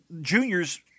juniors